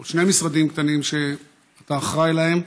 או שני משרדים קטנים שאתה אחראי להם.